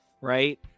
right